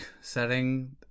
setting